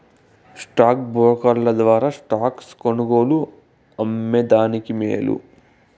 stock బ్రోకర్ల ద్వారా stocks కొనుగోలు, అమ్మే దానికి మేలు